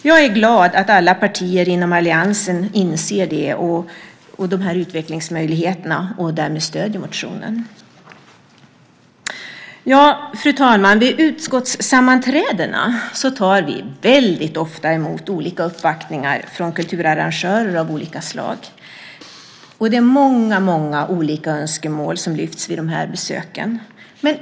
Jag är glad att alla partier inom alliansen inser dessa utvecklingsmöjligheter och därmed stöder motionen. Fru talman! Vid utskottssammanträden tar vi väldigt ofta emot uppvaktningar från kulturarrangörer av olika slag. Det är många olika önskemål som lyfts fram vid dessa besök.